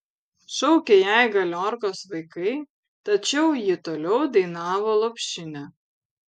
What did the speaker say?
šaukė jai galiorkos vaikai tačiau ji toliau dainavo lopšinę